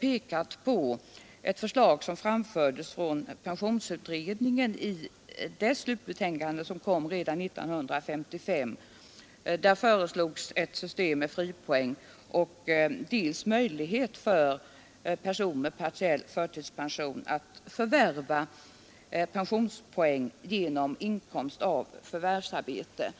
pekat på ett förslag som framfördes av pensionsutredningen i dess slutbetänkande som kom redan 1955. Det innebar ett system med dels fripoäng, dels möjlighet för personer med partiell förtidspension att förvärva pensionspoäng genom inkomst av förvärvsarbete.